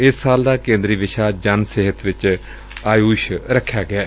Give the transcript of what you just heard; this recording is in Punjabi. ਏਸ ਸਾਲ ਦਾ ਕੇ ਦਰੀ ਵਿਸ਼ਾ ਜਨ ਸਿਹਤ ਵਿਚ ਆਯੂਸ਼ ਰਖਿਆ ਗਿਐ